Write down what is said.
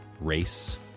race